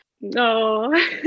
no